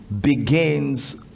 begins